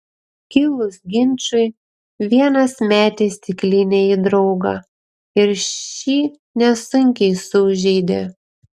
kilus ginčui vienas metė stiklinę į draugą ir šį nesunkiai sužeidė